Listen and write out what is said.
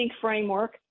framework